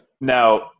Now